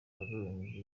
karongi